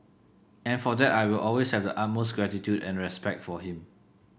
and for that I will always have the utmost gratitude and respect for him